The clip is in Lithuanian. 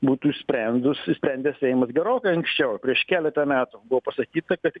būtų išsprendus sprendęs seimas gerokai anksčiau prieš keletą metų buvo pasakyta kad